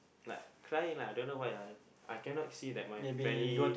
like crying I don't know why lah I cannot see that my family